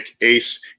Ace